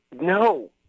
No